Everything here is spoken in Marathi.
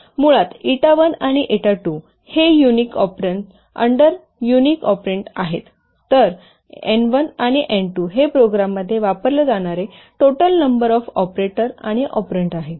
मुळात एटा 1 आणि एटा 2 हे unique operands and unique operand आहेत तर एन 1 आणि एन 2 हे प्रोग्राममध्ये वापरले जाणारे टोटल नंबर ऑफ ऑपरेटर आणि ऑपरेंड आहेत